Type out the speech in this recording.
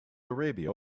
arabia